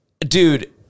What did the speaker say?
dude